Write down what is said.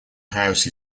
house